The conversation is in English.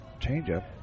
changeup